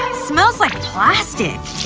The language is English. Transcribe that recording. smells like plastic!